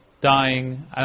dying